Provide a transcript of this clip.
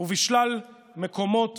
ובשלל מקומות